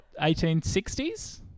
1860s